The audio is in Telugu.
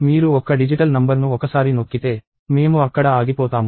మీరు ఒక్క డిజిటల్ నంబర్ను ఒకసారి నొక్కితే మేము అక్కడ ఆగిపోతాము